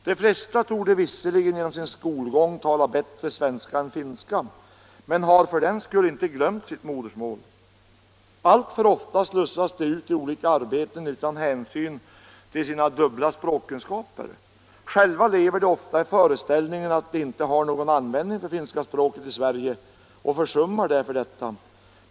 De flesta torde visserligen genom sin skolgång tala bättre svenska än finska, men har för den skull inte glömt sitt modersmål. Alltför ofta slussas de ut i olika arbeten utan hänsyn till sina dubbla språkkunskaper. Själva lever de ofta i föreställningen att de inte har någon användning för finska språket i Sverige och försummar därför detta.